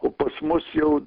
o pas mus jau